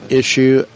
issue